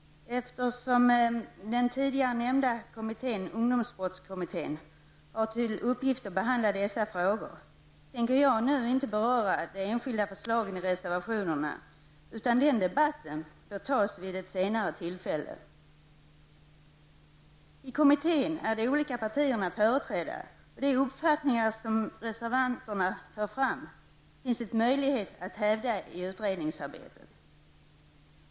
Eftersom den tidigare nämnda kommitten, ungdomsbrottskommitten, har till uppgift att behandla dessa frågor tänker jag inte nu beröra de enskilda förslagen i reservationerna. Debatten om detta bör tas vid ett senare tillfälle. I kommittén är de olika partierna företrädda, och de uppfattningar som reservanterna för fram finns det möjlighet att hävda i utredningsarbetet.